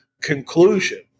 conclusion